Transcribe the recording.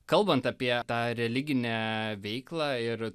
kalbant apie tą religinę veiklą ir